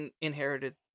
inherited